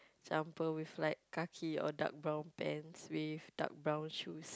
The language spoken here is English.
jumper with like khaki or dark brown pants with dark brown shoes